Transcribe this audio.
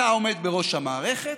אתה עומד בראש המערכת,